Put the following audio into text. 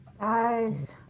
Guys